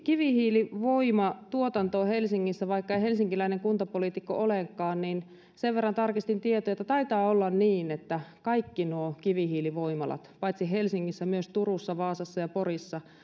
kivihiilivoiman tuotantoon helsingissä niin vaikken helsinkiläinen kuntapoliitikko olekaan sen verran tarkistin tietoja että taitaa olla niin että kaikki nuo kivihiilivoimalat paitsi helsingissä myös turussa vaasassa ja porissa